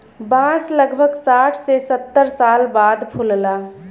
बांस लगभग साठ से सत्तर साल बाद फुलला